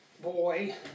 boy